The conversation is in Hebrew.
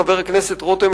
חבר הכנסת רותם,